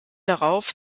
darauf